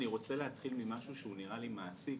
אני רוצה להתחיל ממשהו שנראה לי מעשי,